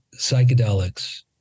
psychedelics